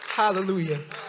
hallelujah